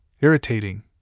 irritating